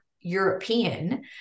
European